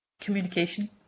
Communication